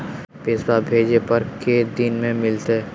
पैसवा भेजे पर को दिन मे मिलतय?